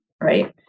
right